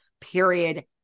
Period